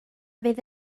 fydd